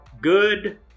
good